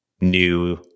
new